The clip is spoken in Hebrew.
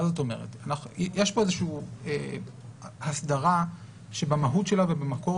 יש כאן איזושהי הסדרה שבמהות שלה ובמקור